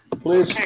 Please